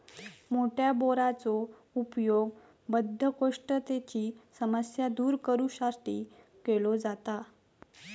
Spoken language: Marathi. मोठ्या बोराचो उपयोग बद्धकोष्ठतेची समस्या दूर करू साठी केलो जाता